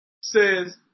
says